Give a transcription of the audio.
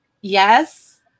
Yes